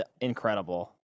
incredible